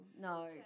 No